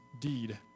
deed